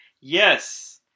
Yes